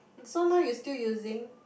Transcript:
so now you still using